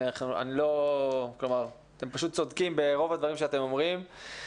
אתם פשוט צודקים ברוב הדברים שאתם אומרים.